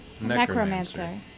Necromancer